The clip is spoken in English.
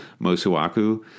Mosuaku